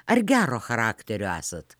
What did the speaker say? ar gero charakterio esat